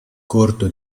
corto